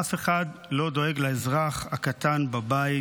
אף אחד לא דואג לאזרח הקטן בבית.